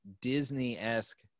disney-esque